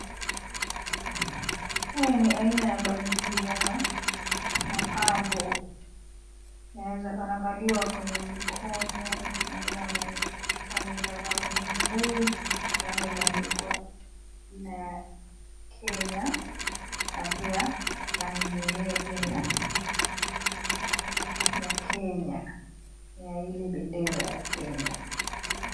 Haya ni aina ya bangili ama mapambo yanavaliwa kwenye mikono, wengine wanaweza vaa kwenye mguu, naona imeandikwa jina kenya na pia rangi yenyewe pia ni ya Kenya ni ya ile bendera ya Kenya.